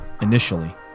initially